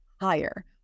higher